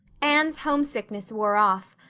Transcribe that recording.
anne's homesickness wore off,